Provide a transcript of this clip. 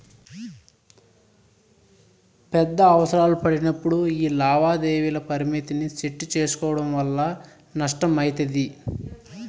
పెద్ద అవసరాలు పడినప్పుడు యీ లావాదేవీల పరిమితిని సెట్టు సేసుకోవడం వల్ల నష్టమయితది